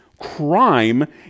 crime